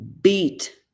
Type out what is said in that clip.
beat